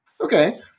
okay